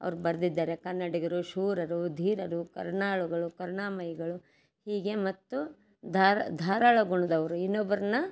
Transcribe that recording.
ಅವ್ರು ಬರೆದಿದ್ದಾರೆ ಕನ್ನಡಿಗರು ಶೂರರು ಧೀರರು ಕರುಣಾಳುಗಳು ಕರುಣಾಮಯಿಗಳು ಹೀಗೆ ಮತ್ತು ದಾರ ಧಾರಾಳ ಗುಣದವರು ಇನ್ನೊಬ್ಬರನ್ನ